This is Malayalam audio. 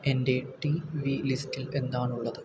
എന്റെ ടി വി ലിസ്റ്റിൽ എന്താണുളളത്